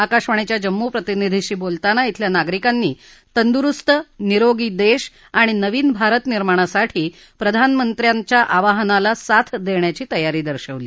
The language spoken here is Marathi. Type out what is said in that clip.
आकाशवाणीच्या जम्मू प्रतिनिधीशी बोलताना क्विल्या नागरिकांनी तंदुरुस्त निरोगी देश आणि नवीन भारत निर्माणासाठी प्रधानमंत्री मोदींच्या आवाहनाला साथ देण्याची तयारी दर्शवली